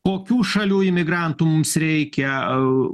kokių šalių imigrantų mums reikia